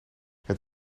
het